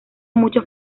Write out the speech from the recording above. muchos